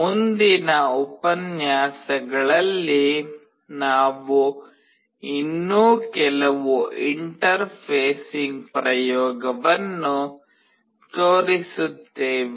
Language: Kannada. ಮುಂದಿನ ಉಪನ್ಯಾಸಗಳಲ್ಲಿ ನಾವು ಇನ್ನೂ ಕೆಲವು ಇಂಟರ್ಫೇಸಿಂಗ್ ಪ್ರಯೋಗವನ್ನು ತೋರಿಸುತ್ತೇವೆ